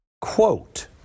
Quote